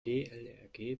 dlrg